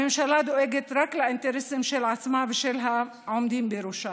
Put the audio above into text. הממשלה דואגת רק לאינטרסים של עצמה ושל העומדים בראשה.